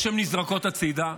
או שהן נזרקות הצידה.